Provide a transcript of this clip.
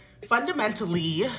Fundamentally